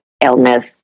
illness